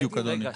בדיוק, אדוני.